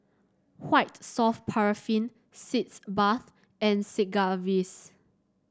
White Soft Paraffin Sitz Bath and Sigvaris